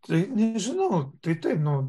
tai nežinau tai taip nu